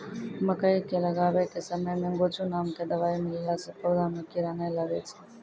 मकई के लगाबै के समय मे गोचु नाम के दवाई मिलैला से पौधा मे कीड़ा नैय लागै छै?